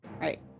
right